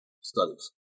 studies